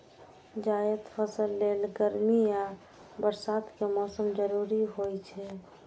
जायद फसल लेल गर्मी आ बरसात के मौसम जरूरी होइ छै